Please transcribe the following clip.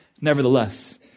Nevertheless